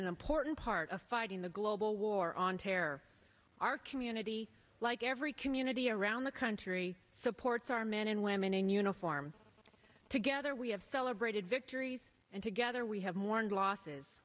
an important part of fighting the global war on terror our community like every community around the country supports our men and women in uniform together we have celebrated victories and together we have mourned losses